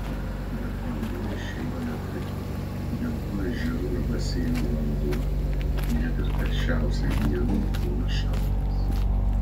bet vanduo įšyla lėtai dėl to ežerų ir baseinų vanduo net ir karščiausią dieną būna šaltas